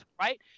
right